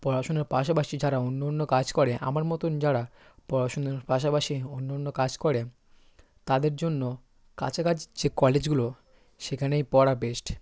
পড়াশুনোর পাশাপাশি যারা অন্য অন্য কাজ করে আমার মতন যারা পড়াশুনোর পাশাপাশি অন্য অন্য কাজ করে তাদের জন্য কাছাকাছি যে কলেজগুলো সেখানেই পড়া বেস্ট